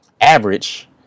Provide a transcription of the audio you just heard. average